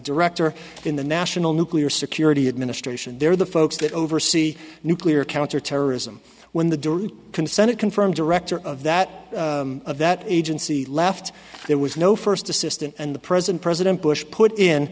director in the national nuclear security administration they're the folks that oversee nuclear counterterrorism when the door can senate confirmed director of that of that agency left there was no first assistant and the president president bush put in